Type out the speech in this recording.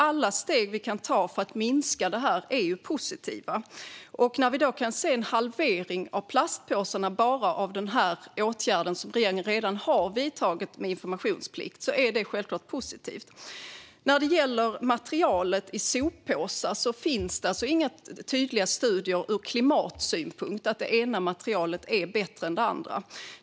Alla steg vi kan ta för att minska det är positiva. När vi kan se en halvering av antalet plastpåsar bara av den åtgärd som regeringen redan har vidtagit med informationsplikt är det självklart positivt. När det gäller materialet i soppåsar finns det inga tydliga studier ur klimatsynpunkt som visar att det ena materialet är bättre än det andra.